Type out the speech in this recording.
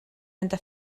enda